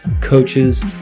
coaches